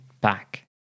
back